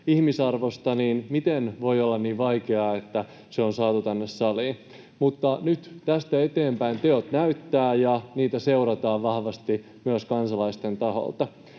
ihmisarvosta, niin miten voi olla niin vaikeaa, että se on saatu tänne saliin. Mutta nyt tästä eteenpäin teot näyttävät, ja niitä seurataan vahvasti myös kansalaisten taholta.